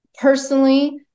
personally